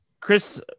Chris